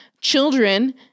children